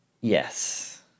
Yes